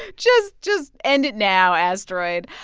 just just end it now, asteroid.